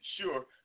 sure